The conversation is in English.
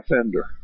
offender